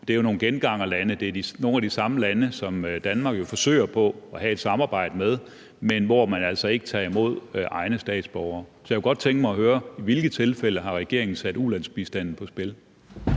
det er nogle af de samme lande, som Danmark jo forsøger på at have et samarbejde med, men som jo altså ikke tager imod egne statsborgere. Så jeg kunne godt tænke mig at høre, i hvilke tilfælde regeringen har sat ulandsbistanden på spil.